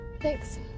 Thanks